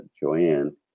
Joanne